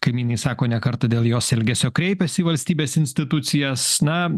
kaimynai sako ne kartą dėl jos elgesio kreipės į valstybės institucijas na